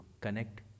connect